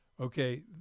Okay